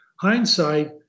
hindsight